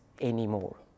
anymore